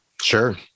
Sure